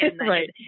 right